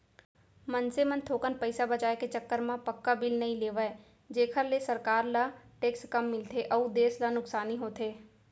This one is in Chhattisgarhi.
मनसे मन थोकन पइसा बचाय के चक्कर म पक्का बिल नइ लेवय जेखर ले सरकार ल टेक्स कम मिलथे अउ देस ल नुकसानी होथे